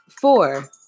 four